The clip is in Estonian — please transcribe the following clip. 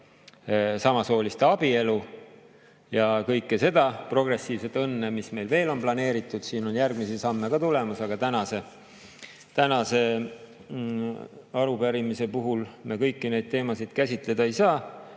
samasooliste abielu ja kõike seda progressiivset õnne, mis meil veel on planeeritud. Siin on järgmisi samme ka tulemas, aga tänase arupärimise puhul me kõiki neid teemasid käsitleda ei saa.